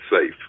safe